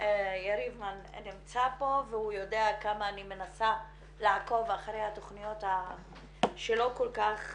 יריב מן נמצא פה והוא יודע כמה אני מנסה לעקוב אחרי התכניות שלא כל כך,